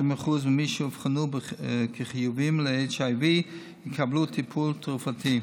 90% ממי שאובחנו כחיוביים ל-HIV יקבלו טיפול תרופתי,